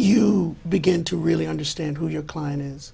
you begin to really understand who your client is